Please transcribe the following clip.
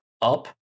up